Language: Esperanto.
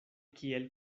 kiel